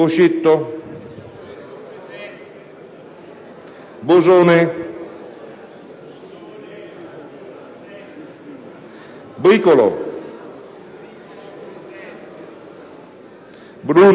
Bosone, Bricolo, Bruno,